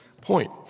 point